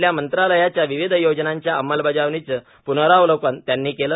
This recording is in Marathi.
आपल्या मंत्रालयाच्या विविध योजनांच्या अंमलबजावणीचे प्नरावलोकन त्यांनी केले